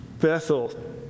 Bethel